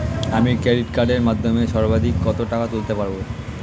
আমি ক্রেডিট কার্ডের মাধ্যমে সর্বাধিক কত টাকা তুলতে পারব?